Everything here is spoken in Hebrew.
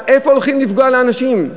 איפה הולכים לפגוע לאנשים?